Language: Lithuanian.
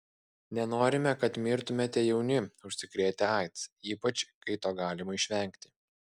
nenorime kad mirtumėte jauni užsikrėtę aids ypač kai to galima išvengti